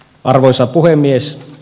arvoisa puhemies